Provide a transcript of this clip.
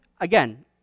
again